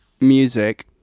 music